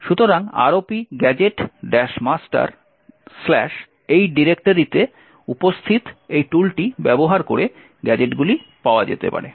সুতরাং ROPGadget master এই ডিরেক্টরিতে উপস্থিত এই টুলটি ব্যবহার করে গ্যাজেটগুলি পাওয়া যেতে পারে